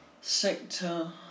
sector